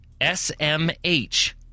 SMH